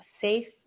safe